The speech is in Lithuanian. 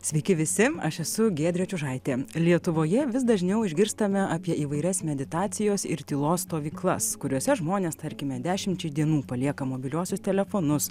sveiki visi aš esu giedrė čiužaitė lietuvoje vis dažniau išgirstame apie įvairias meditacijos ir tylos stovyklas kuriose žmonės tarkime dešimčiai dienų palieka mobiliuosius telefonus